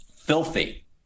filthy